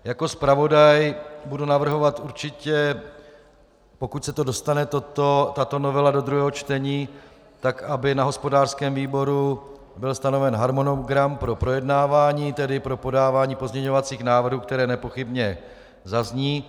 Jako zpravodaj budu určitě navrhovat, pokud se dostane tato novela do druhého čtení, aby na hospodářském výboru byl stanoven harmonogram pro projednávání, tedy pro podávání pozměňovacích návrhů, které nepochybně zazní.